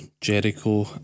Jericho